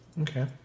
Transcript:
okay